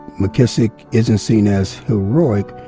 mckissick isn't seen as heroic,